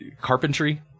carpentry